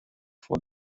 for